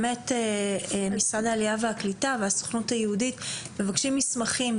משרד העלייה והקליטה והסוכנות היהודית מבקשים מסמכים,